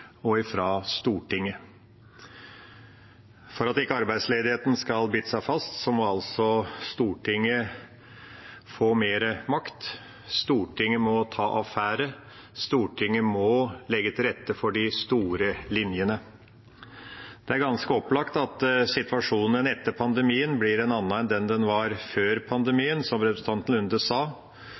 og fra Stortinget. For at ikke arbeidsledigheten skal bite seg fast, må Stortinget få mer makt. Stortinget må ta affære. Stortinget må legge til rette for de store linjene. Det er ganske opplagt at situasjonen etter pandemien blir en annen enn det den var før pandemien, som representanten Nordby Lunde sa.